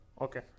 Okay